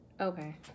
Okay